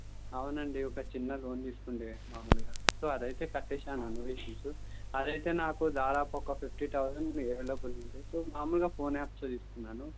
అవునండి ఒక చిన్న లోన్ తీసుకుండే మామూలుగా సో అది అయితే కట్టేసాను నో ఇష్యూసు అది అయితే నాకు దాదాపు ఒక ఫిఫ్టీ థౌసండ్ నియర్ లోపల ఉంటే సో మామూలుగా ఫోన్ యాప్స్లో తీసుకున్నాను